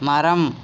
மரம்